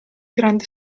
grande